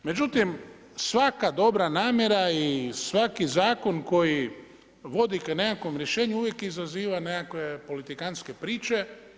Međutim, svaka dobra namjera i svaki zakon koji vodi ka nekakvom rješenju uvijek izaziva nekakve politikantske priče.